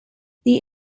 the